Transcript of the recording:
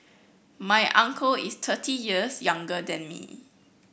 my uncle is thirty years younger than me